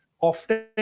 often